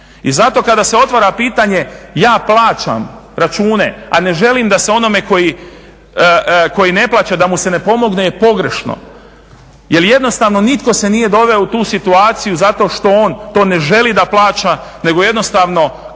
I zato kada se otvara pitanje ja plaćam račune, a ne želim da se onome koji ne plaća da mu se ne pomogne je pogrešno, jer jednostavno nitko se nije doveo u tu situaciju zato što on to ne želi da plaća, nego jednostavno